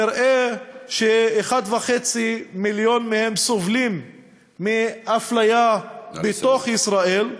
נראה ש-1.5 מיליון מהם סובלים מאפליה בתוך ישראל,